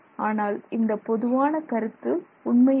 ஆனால் இந்தப் பொதுவான கருத்து உண்மை அல்ல